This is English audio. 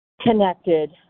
connected